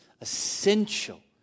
essential